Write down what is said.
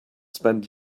spent